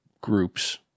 groups